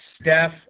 Steph